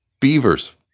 beavers